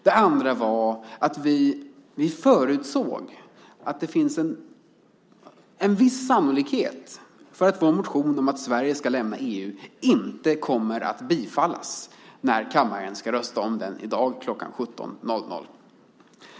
Det andra var att vi förutsåg att det fanns en viss sannolikhet för att vår motion om att Sverige ska lämna EU inte bifalls när kammaren röstar om den i dag kl. 17.00.